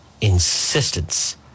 insistence